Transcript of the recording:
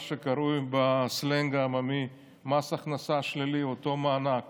מה שקרוי בסלנג העממי "מס הכנסה שלילי", אותו מענק